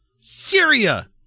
Syria